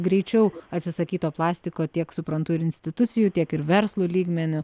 greičiau atsisakyt to plastiko tiek suprantu ir institucijų tiek ir verslų lygmeniu